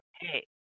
Hey